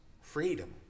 freedom